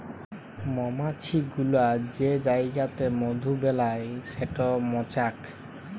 মমাছি গুলা যে জাইগাতে মধু বেলায় সেট মচাক